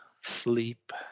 sleep